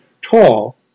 tall